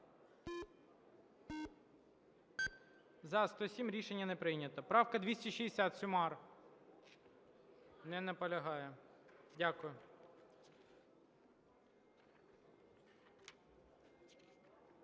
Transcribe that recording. За-107 Рішення не прийнято. Правка 260, Сюмар. Не наполягає. Дякую.